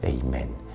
Amen